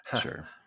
sure